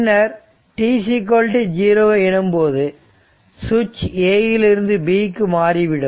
பின்னர் t0 எனும்போது சுவிட்ச் A இல் இருந்து B க்கு மாறிவிடும்